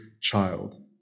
child